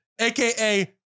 aka